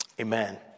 amen